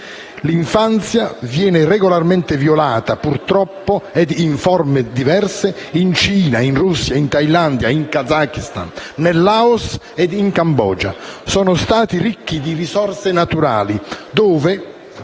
L'infanzia viene regolarmente violata, purtroppo, e in forme diverse, in Cina, in Russia, in Thailandia, in Kazakistan, in Laos e Cambogia. Sono Stati ricchi di risorse naturali, dove